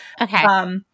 Okay